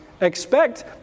expect